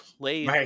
play